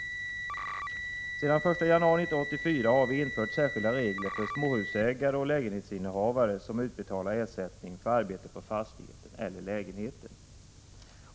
Sedan den 1 januari 1984 har vi infört särskilda regler för småhusägare och lägenhetsinnehavare som utbetalar ersättning för arbete på fastigheten eller lägenheten.